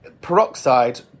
peroxide